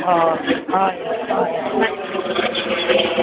हय हय हय